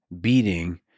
beating